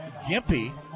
gimpy